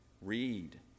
Read